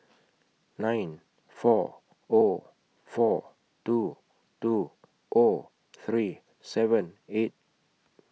nine four O four two two O three seven eight